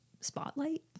spotlight